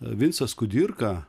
vincas kudirka